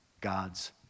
God's